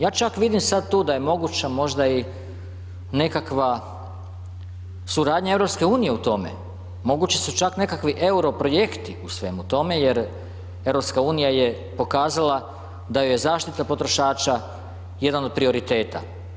Ja čak vidim sad tu da je moguća možda i nekakva suradnja EU u tome, mogući su čak nekakvi Euro projekti u svemu tome jer EU je pokazala da joj je zaštita potrošača jedan od prioriteta.